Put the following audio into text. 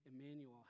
Emmanuel